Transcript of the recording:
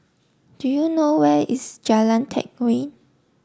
do you know where is Jalan Teck Whye